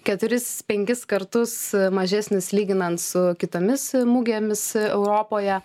keturis penkis kartus mažesnis lyginant su kitomis mugėmis europoje